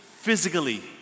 physically